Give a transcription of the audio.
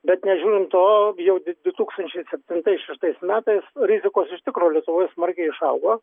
bet nežiūrint to jau du tūkstančiai septintais šeštais metais nu rizikos iš tikro lietuvoj smarkiai išaugo